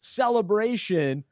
celebration